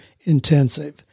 intensive